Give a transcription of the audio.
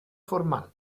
formal